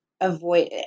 Avoid